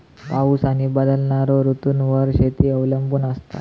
पाऊस आणि बदलणारो ऋतूंवर शेती अवलंबून असता